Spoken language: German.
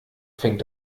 fängt